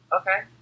Okay